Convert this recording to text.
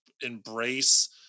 embrace